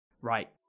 Right